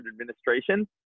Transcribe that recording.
administration